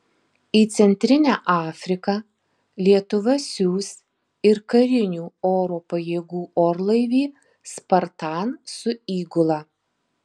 į centrinę afriką lietuva siųs ir karinių oro pajėgų orlaivį spartan su įgula